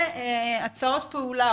והצעות פעולה,